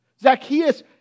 Zacchaeus